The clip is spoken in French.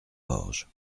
orge